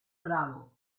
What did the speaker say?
bravo